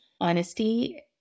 Honesty